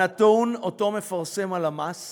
הנתון שמפרסמת הלמ"ס